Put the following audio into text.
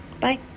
Bye